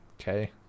okay